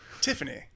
Tiffany